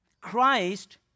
Christ